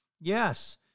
Yes